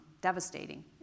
devastating